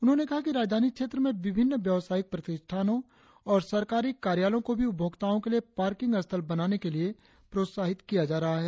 उन्होंने कहा कि राजधानी क्षेत्र में विभिन्न व्यवसायिक प्रतिष्ठानों और सरकारी कार्यालयों को भी उपभोक्ताओं के लिए पार्किंग स्थल बनाने के लिए प्रोत्साहित किया जा रहा है